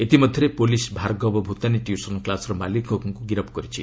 ଇତିମଧ୍ୟରେ police Bhargav Bhutani tuition କ୍ଲାସ୍ର ମାଲିକଙ୍କୁ ଗିରଫ୍ କରିଛି